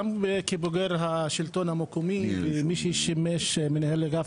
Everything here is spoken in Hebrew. גם כבוגר השלטון המקומי ומי ששימש מנהל אגף